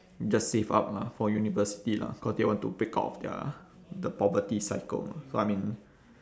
just save up mah for university lah cause they want to break out of their the poverty cycle so I mean